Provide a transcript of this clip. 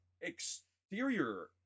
exterior